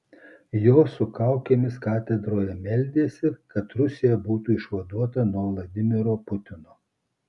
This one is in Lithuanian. jos su kaukėmis katedroje meldėsi kad rusija būtų išvaduota nuo vladimiro putino